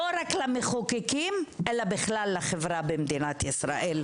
לא רק למחוקקים אלא לחברה במדינת ישראל בכלל.